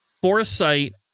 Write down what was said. Foresight